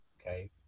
Okay